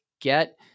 get